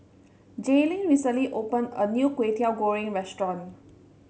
Jaelynn recently opened a new Kway Teow Goreng restaurant